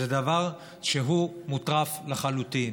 זה דבר שהוא מוטרף לחלוטין.